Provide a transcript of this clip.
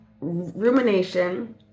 rumination